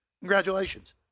Congratulations